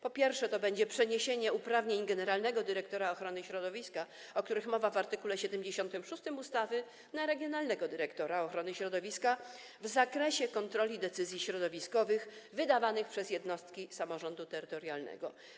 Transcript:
Po pierwsze, to będzie przeniesienie uprawnień generalnego dyrektora ochrony środowiska, o których mowa w art. 76 ustawy, na regionalnego dyrektora ochrony środowiska w zakresie kontroli decyzji środowiskowych wydawanych przez jednostki samorządu terytorialnego.